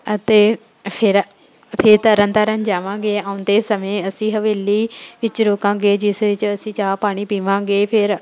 ਅਤੇ ਫਿਰ ਫਿਰ ਤਰਨਤਾਰਨ ਜਾਵਾਂਗੇ ਆਉਂਦੇ ਸਮੇਂ ਅਸੀਂ ਹਵੇਲੀ ਵਿੱਚ ਰੁਕਾਂਗੇ ਜਿਸ ਵਿੱਚ ਅਸੀਂ ਚਾਹ ਪਾਣੀ ਪੀਵਾਂਗੇ ਫਿਰ